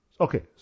Okay